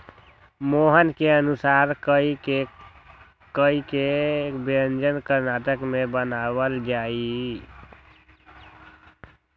मोहना के अनुसार राई के कई व्यंजन कर्नाटक में बनावल जाहई